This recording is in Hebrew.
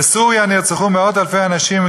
בסוריה נרצחו מאות-אלפי אנשים,